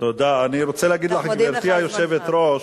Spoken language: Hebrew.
אני מצטער, גברתי, עלי לעזוב.